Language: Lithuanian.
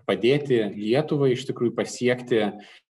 padėti lietuvai iš tikrųjų pasiekti